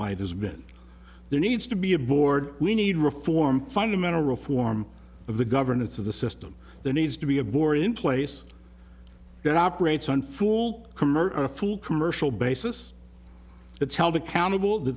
light has been there needs to be a board we need reform fundamental reform of the governance of the system there needs to be a war in place that operates on fool comerford commercial basis it's held accountable t